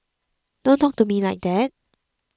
don't talk to me like that